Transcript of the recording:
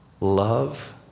love